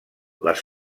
les